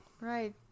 Right